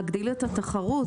להגדיל את התחרות.